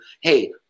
hey